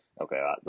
Okay